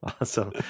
Awesome